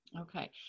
Okay